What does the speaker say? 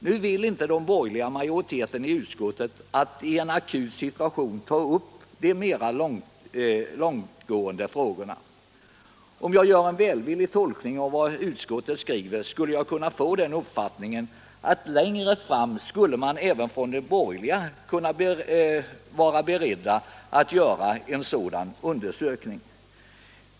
Nu vill inte den borgerliga majoriteten i utskottet i en akut situation ta upp de mera långtgående frågorna. Om jag gör en välvillig tolkning av vad utskottet skriver, skulle jag kunna få den uppfattningen att längre fram skulle även de borgerliga kunna vara beredda att göra en sådan undersökning.